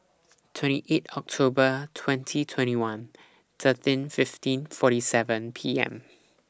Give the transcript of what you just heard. twenty eight October twenty twenty one thirteen fifteen forty seven P M